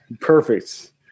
Perfect